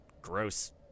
gross